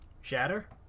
Shatter